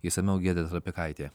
išsamiau giedrės trapikaitė